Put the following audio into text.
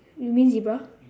you mean zebra